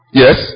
yes